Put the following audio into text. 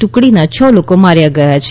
ટુકડીના છ લોકો માર્યા ગયા છે